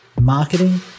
marketing